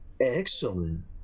excellent